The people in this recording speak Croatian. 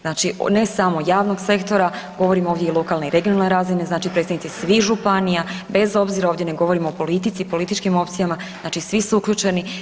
Znači ne samo javnog sektora, govorim ovdje i o lokalnoj i regionalnoj razini, znači predstavnici svih županija bez obzira ovdje ne govorim o politici i političkim opcijama, znači svi su uključeni.